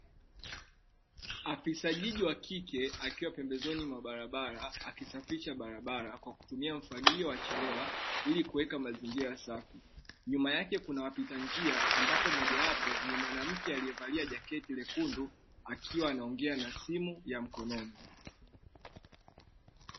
Afisa jiji wa kike akiwa pembezoni mwa barabara, akisafisha barabara kwa kutumia mfagio wa chelewa ili kuweka mazingira safi, nyuma yake kuna wapita njia ambapo moja wapo ni mwanamke aliyevalia jaketi lekundu, akiwa anaongea na simu ya mkononi.